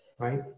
right